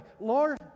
Lord